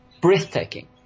breathtaking